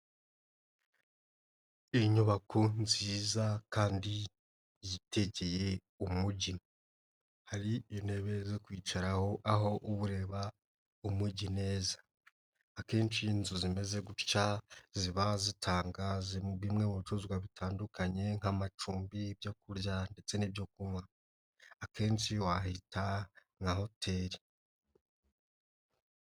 Inyubako nziza kandi yitegeye umujyi, hari intebe zo kwicaraho aho ureba umujyi neza. Akenshi inzu zimeze gut ziba zitanga bimwe mu bicuruzwa bitandukanye nk'amacumbi y'ibyo kurya ndetse n'ibyo kunywa akenshi wahita nka hoteli.